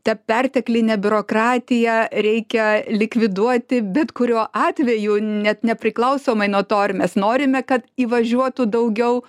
tą perteklinę biurokratiją reikia likviduoti bet kuriuo atveju net nepriklausomai nuo to ar mes norime kad įvažiuotų daugiau